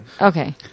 Okay